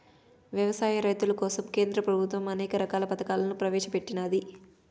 వ్యవసాయ రైతుల కోసం కేంద్ర ప్రభుత్వం అనేక రకాల పథకాలను ప్రవేశపెట్టినాది